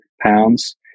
pounds